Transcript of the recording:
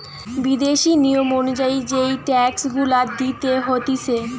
বিদেশি নিয়ম অনুযায়ী যেই ট্যাক্স গুলা দিতে হতিছে